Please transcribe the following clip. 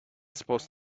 supposed